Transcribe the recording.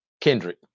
Kendrick